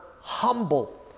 humble